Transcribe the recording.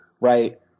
right